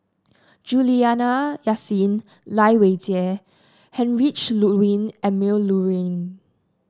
Juliana Yasin Lai Weijie Heinrich Ludwig Emil Luering